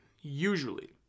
usually